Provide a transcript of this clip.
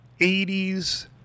80s